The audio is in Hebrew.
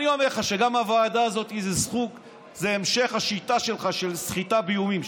אני אומר לך שגם הוועדה הזאת היא המשך השיטה שלך של סחיטה באיומים,